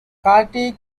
carthage